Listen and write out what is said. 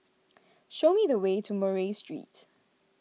show me the way to Murray Street